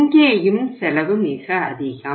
இங்கேயும் செலவு மிக அதிகம்